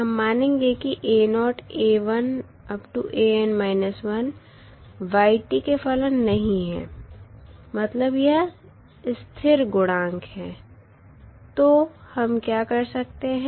हम मानेंगे की y के फलन नहीं है मतलब यह स्थिर गुणांक है तो हम क्या कर सकते हैं